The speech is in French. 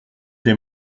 des